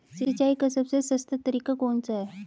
सिंचाई का सबसे सस्ता तरीका कौन सा है?